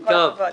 עם כל הכבוד.